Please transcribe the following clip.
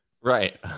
Right